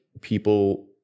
people